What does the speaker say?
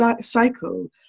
cycle